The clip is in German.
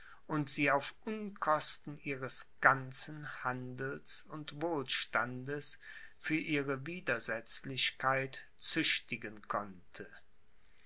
und sie auf unkosten ihres ganzen handels und wohlstandes für ihre widersetzlichkeit züchtigen konnte